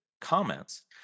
comments